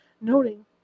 noting